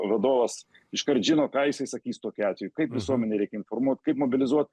vadovas iškart žino ką jisai sakys tokiu atveju kaip visuomenę reikia informuot kaip mobilizuot